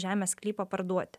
žemės sklypą parduoti